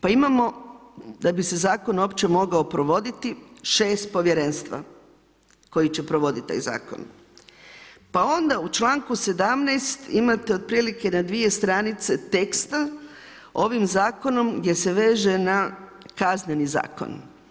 Pa imamo da bi se zakon uopće mogao provoditi šest povjerenstva koji će provoditi taj zakon, pa onda u članku 17 imate otprilike na dvije stranice teksta ovim zakonom gdje se veže na kazneni zakon.